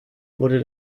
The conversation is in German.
wurde